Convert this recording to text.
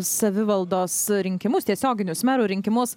savivaldos rinkimus tiesioginius merų rinkimus